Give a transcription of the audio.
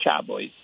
Cowboys